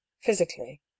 physically